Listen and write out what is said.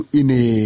ini